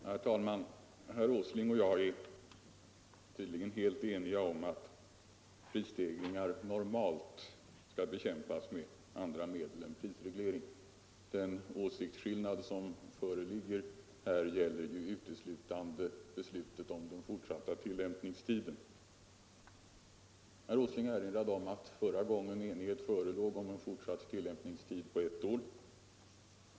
Herr talman! Herr Åsling och jag är tydligen helt eniga om att prisstegringar normalt skall bekämpas med andra medel än prisreglering. Den åsiktsskillnad som föreligger här gäller ju uteslutande beslutet om den fortsatta tillämpningstiden. Herr Åsling erinrade om att förra gången enighet förelåg om en fortsatt tillämpningstid på ett år.